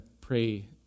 pray